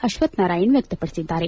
ಅಶ್ವತ್ಥ್ ನಾರಾಯಣ ವ್ಯಕ್ತಪಡಿಸಿದ್ದಾರೆ